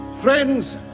Friends